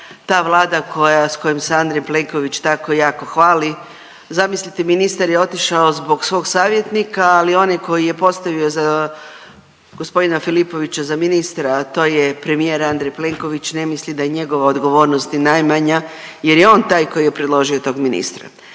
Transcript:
koja, s kojom se Andrej Plenković tako jako hvali, zamislite, ministar je otišao zbog svog savjetnika, ali onaj koji je postavio za g. Filipovića za ministra, a to je premijer Andrej Plenković ne misli da je njegova odgovornost i najmanja jer je on taj koji je predložio tog ministra,